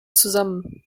zusammen